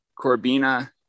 corbina